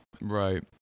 Right